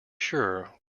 sure